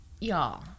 y'all